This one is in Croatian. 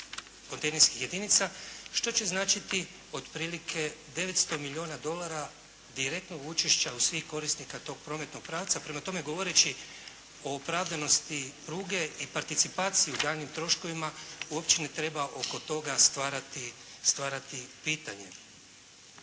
kontejnerskih jedinica što će značiti otprilike 900 milijuna dolara direktnog učešća u svih korisnika tog prometnog pravca. Prema tome govoreći o opravdanosti pruge i participaciji i daljnjim troškovima uopće ne treba oko toga stvarati pitanje.